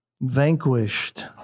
vanquished